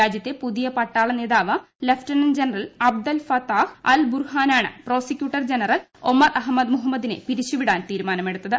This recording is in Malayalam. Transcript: രാജ്യത്തെ പുതിയ പട്ടാള നേതാവ് lieutenant general Abdel Fattah al ബുർഹാനാണ് പ്രോസിക്യൂട്ടർ ജനറൽ ഒമർ അഹമ്മദ് മുഹമ്മദിനെ പരിച്ചുവിടാൻ തീരുമാനമെടുത്തത്